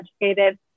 educated